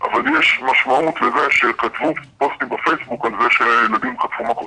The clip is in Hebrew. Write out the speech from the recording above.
אבל אם יש משמעות לזה שכתבו פוסטים בפייסבוק על זה שילדים חטפו מכות,